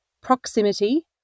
proximity